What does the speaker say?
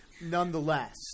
nonetheless